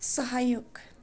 सहयोग